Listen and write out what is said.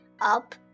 Up